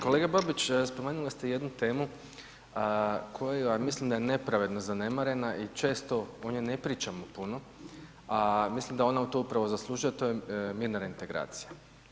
Kolega Babić spomenuli ste jednu temu koju, a mislim da je nepravedno zanemarena i često o njoj ne pričamo puno, a mislim da ona upravo to zaslužuje, a to je mirna reintegracija.